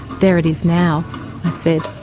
there it is now i said.